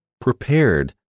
prepared